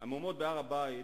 המהומות בהר-הבית